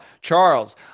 Charles